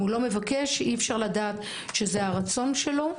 אם הוא לא מבקש, אי-אפשר לדעת שזה הרצון שלו.